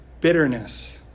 Bitterness